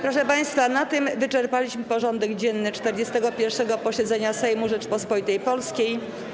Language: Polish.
Proszę państwa, na tym wyczerpaliśmy porządek dzienny 41. posiedzenia Sejmu Rzeczypospolitej Polskiej.